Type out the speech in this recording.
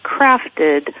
crafted